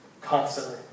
Constantly